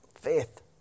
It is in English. Faith